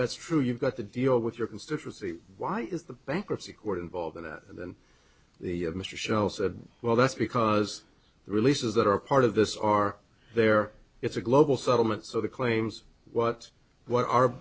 that's true you've got to deal with your constituency why is the bankruptcy court involved in that than the mr shell said well that's because the releases that are part of this are there it's a global settlement so the claims what what